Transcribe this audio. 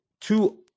two